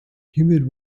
humid